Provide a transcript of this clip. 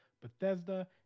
Bethesda